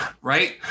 Right